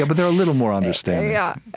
ah but they're a little more understanding yeah.